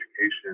education